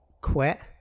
quit